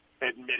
admitted